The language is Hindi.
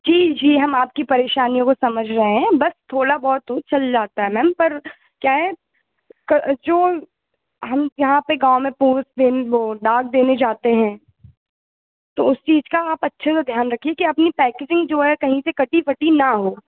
जी जी हम आपकी परेशानियों को समझ रहे हें बस थोड़ा बहुत चल जाता है मैम पर क्या है कि जो हम यहाँ पर गाँव में पोस्ट देने वो डाक देने जाते हें तो उस चीज का आप अच्छे से ध्यान रखिए कि अपनी पैकेजींग जो है कहीँ से कटी फटी ना हो